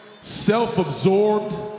self-absorbed